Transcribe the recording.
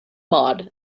maud